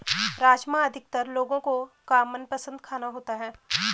राजमा अधिकतर लोगो का मनपसंद खाना होता है